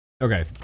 okay